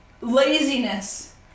laziness